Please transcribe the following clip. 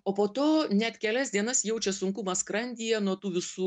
o po to net kelias dienas jaučia sunkumą skrandyje nuo tų visų